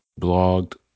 blogged